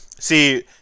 See